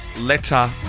letter